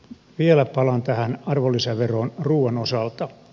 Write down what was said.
vielä palaan tähän arvonlisäveroon ruuan osalta